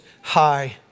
high